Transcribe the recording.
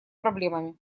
проблемами